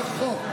היה חוק.